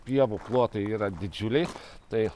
pievų plotai yra didžiuliai tai